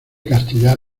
castellar